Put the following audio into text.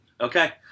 Okay